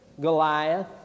Goliath